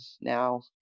now